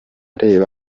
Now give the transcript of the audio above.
reba